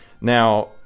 now